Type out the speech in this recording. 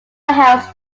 held